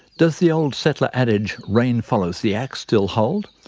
does the old settler adage, rain follows the axe still hold,